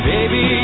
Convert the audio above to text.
Baby